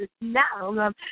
now